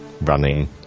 running